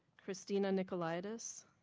christina nickolitis.